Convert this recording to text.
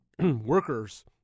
workers